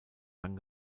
dann